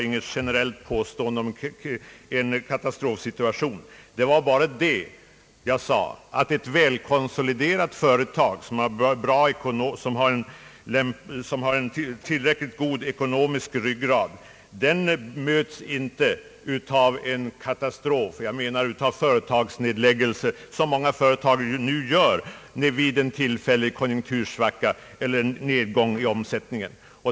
Jag sade att ett välkonsoliderat företag som har n tillräckligt god ekonomisk ryggrad inte möts av en katastrof — exempelvis företagsnedläggelse — som många företag nu gör vid en tillfällig konjunktursvacka eller nedgång i omsättningen.